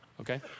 okay